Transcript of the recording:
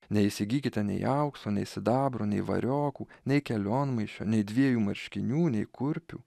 neįsigykite nei aukso nei sidabro nei variokų nei kelionmaišio nei dviejų marškinių nei kurpių